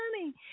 money